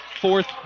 fourth